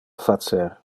facer